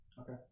Okay